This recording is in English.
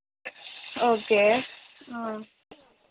okay